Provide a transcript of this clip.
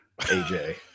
AJ